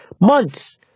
Months